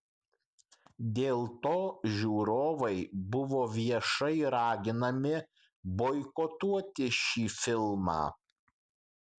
dėl to žiūrovai buvo viešai raginami boikotuoti šį filmą